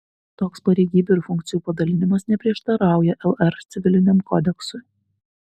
toks pareigybių ir funkcijų padalinimas neprieštarauja lr civiliniam kodeksui